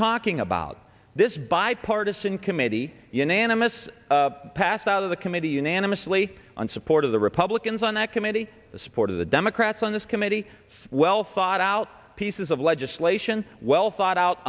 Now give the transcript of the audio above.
talking about this bipartisan committee unanimously passed out of the committee unanimously on support of the republicans on that committee the support of the democrats on this committee well thought out pieces of legislation well thought out